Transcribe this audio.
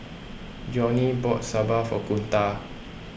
Johnny bought Sambar for Kunta